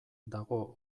dago